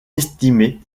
estimé